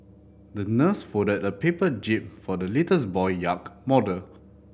the nurse folded a paper jib for the little boy yacht model